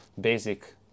basic